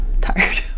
tired